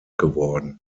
geworden